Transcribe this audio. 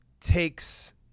takes